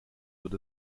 wird